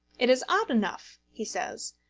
it is odd enough, he says,